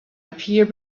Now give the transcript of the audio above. appear